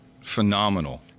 phenomenal